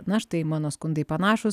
na štai mano skundai panašūs